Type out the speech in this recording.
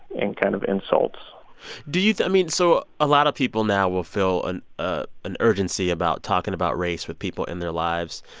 and kind of insults do you i mean, so a lot of people now will so feel ah an urgency about talking about race with people in their lives.